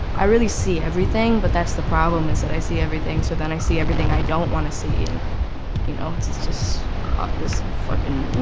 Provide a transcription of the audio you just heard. i really see everything, but that's the problem is that i see everything so then i see everything i don't want to see. and you know, it's it's just this fucking